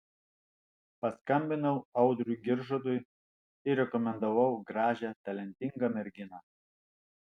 paskambinau audriui giržadui ir rekomendavau gražią talentingą merginą